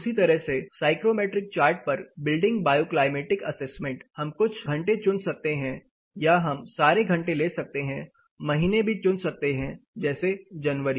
उसी तरह से साइक्रोमेट्रिक चार्ट पर बिल्डिंग बायोक्लाइमेटिक एसेसमेंट हम कुछ घंटे चुन सकते हैं या हम सारे घंटे ले सकते हैं महीने भी चुन सकते हैं जैसे जनवरी